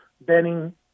Benning